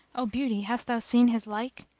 o beauty, hast thou seen his like?